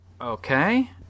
Okay